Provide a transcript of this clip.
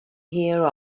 here